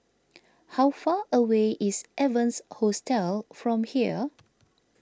how far away is Evans Hostel from here